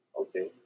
Okay